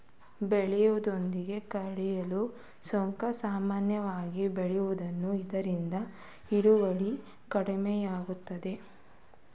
ಬೆಳೆಯೊಂದಿಗೆ ಕಳೆಯು ಸರ್ವೇಸಾಮಾನ್ಯವಾಗಿ ಬೆಳೆಯುತ್ತದೆ ಇದರಿಂದ ಇಳುವರಿ ಕಡಿಮೆಯಾಗುತ್ತದೆ